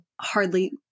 hardly